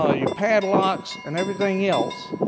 ah your padlocks and everything else,